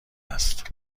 است